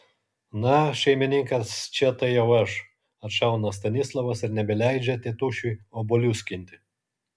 na šeimininkas čia tai jau aš atšauna stanislovas ir nebeleidžia tėtušiui obuolių skinti